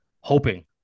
hoping